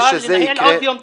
אפשר לנהל עוד יום דיונים.